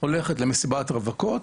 הולכת למסיבת רווקות,